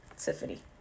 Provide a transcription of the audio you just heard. Tiffany